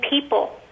people